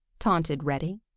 taunted reddy.